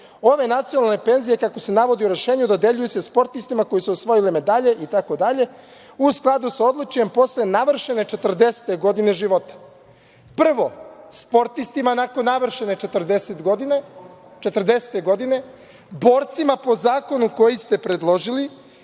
Ove nacionalne penzije, kako se navodi u rešenju, dodeljuju se sportistima koji su osvojili medalje itd. u skladu sa odličjem posle navršene 40. godine života. Prvo, sportistima nakon navršene 40. godine, borcima po zakonu koji ste predložili